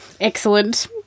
Excellent